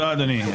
תודה, אדוני.